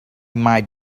might